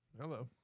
hello